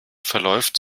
verläuft